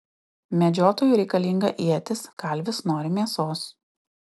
medžiotojui reikalinga ietis kalvis nori mėsos